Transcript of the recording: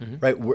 right